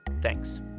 Thanks